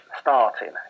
starting